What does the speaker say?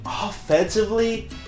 offensively